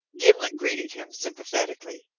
gimblet greeted him sympathetically.